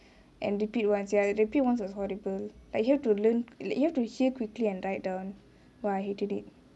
and repeat once ya repeat once was horrible like you have to learn like you have to hear quickly and write down !wah! I hated it